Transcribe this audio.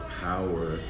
power